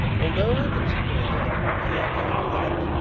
although i can see very little i like to have a light,